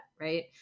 right